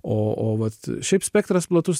o o vat šiaip spektras platus